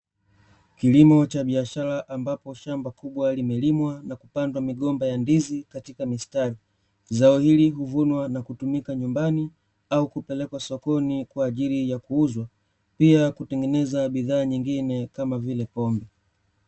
Kilimo cha biashara ambapo shamba kubwa limelimwa na kupandwa migomba ya ndizi katika mistari. Zao hili huvunwa na kutumika nyumbani au kupelekwa sokoni kwaajili ya kuuzwa, pia kutengeneza bidhaa nyingine kama vile pombe.